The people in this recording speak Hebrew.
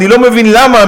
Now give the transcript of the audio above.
אני לא מבין למה,